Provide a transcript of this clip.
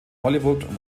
hollywood